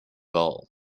goal